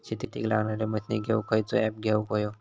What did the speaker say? शेतीक लागणारे मशीनी घेवक खयचो ऍप घेवक होयो?